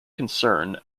concern